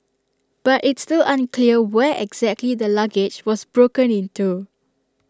but it's still unclear where exactly the luggage was broken into